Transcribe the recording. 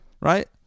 right